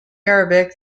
arabic